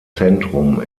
zentrum